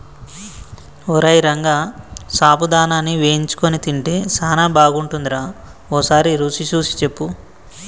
ఓరై రంగ సాబుదానాని వేయించుకొని తింటే సానా బాగుంటుందిరా ఓసారి రుచి సూసి సెప్పు